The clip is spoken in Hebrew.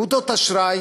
אגודות אשראי